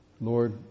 Lord